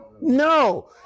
No